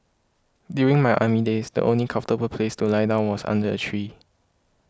during my army days the only comfortable place to lie down was under a tree